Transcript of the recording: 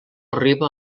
arriba